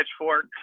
pitchfork